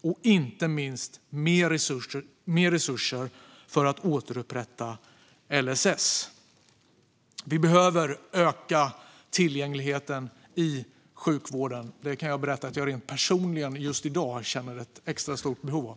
och inte minst mer resurser för att återupprätta LSS. Vi behöver öka tillgängligheten i sjukvården. Jag kan berätta att jag rent personligen just i dag känner ett extra stort behov av det.